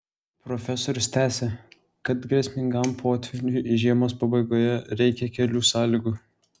profesorius tęsia kad grėsmingam potvyniui žiemos pabaigoje reikia kelių sąlygų